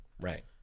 Right